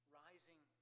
rising